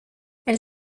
elle